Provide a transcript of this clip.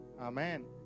Amen